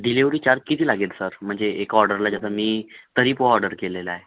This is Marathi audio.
डिलिव्हरी चार्ज किती लागेल सर म्हणजे एका ऑर्डरला जसं मी तरीपोहा ऑर्डर केलेला आहे